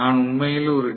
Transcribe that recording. நான் உண்மையில் ஒரு டி